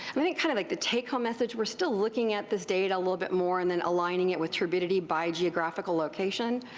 i think kind of like the take home message, weire still looking at this data a little bit more and then aligning it with turbidity by geographical location,